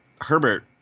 Herbert